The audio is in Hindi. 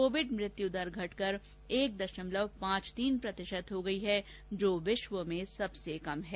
कोविड मृत्यू दर घटकर एक दशमलव पांच तीन प्रतिशत हो गई है जो विश्व में सबसे कम है